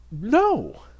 No